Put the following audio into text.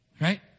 right